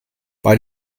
bei